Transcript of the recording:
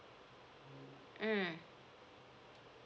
mm